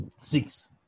six